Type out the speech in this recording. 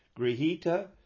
Grihita